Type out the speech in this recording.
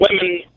women